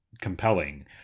compelling